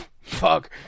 fuck